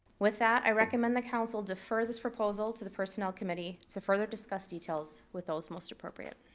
with that, i recommend the council defer this proposal to the personnel committee to further discuss details with those most appropriate.